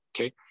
okay